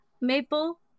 maple